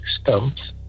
stumps